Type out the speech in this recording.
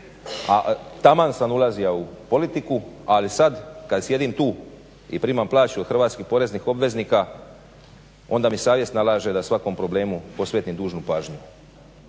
a taman sam ulazija u politiku. Ali sad kad sjedim tu i primam plaću od hrvatskih poreznih obveznika onda mi savjest nalaže da svakom problemu posvetim dužnu pažnju.